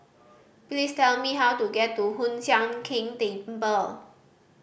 please tell me how to get to Hoon Sian Keng Temple